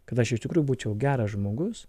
kad aš iš tikrųjų būčiau geras žmogus